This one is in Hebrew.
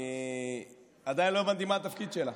כי עדיין לא הבנתי מה התפקיד שלה.